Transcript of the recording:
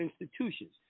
institutions